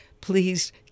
Please